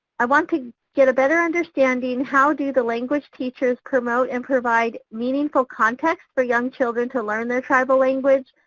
i want to get a better understanding how do the language teachers promote and provide meaningful context for young children to learn their tribal language,